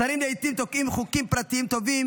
שרים לעיתים תוקעים חוקים פרטיים טובים